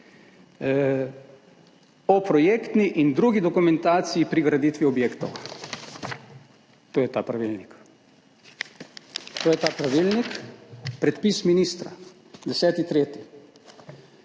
o projektni in drugi dokumentaciji pri graditvi objektov. To je ta pravilnik. / pokaže zboru/ To je ta pravilnik. Predpis ministra. 10. 3.